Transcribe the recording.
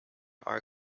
are